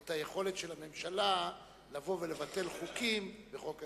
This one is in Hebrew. את היכולת של הממשלה לבוא ולבטל חוקים בחוק ההסדרים.